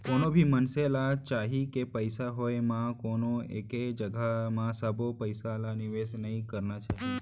कोनो भी मनसे ल चाही के पइसा होय म कोनो एके जघा म सबो पइसा ल निवेस नइ करना चाही